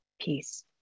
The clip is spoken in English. Peace